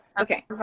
Okay